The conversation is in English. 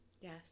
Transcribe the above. Yes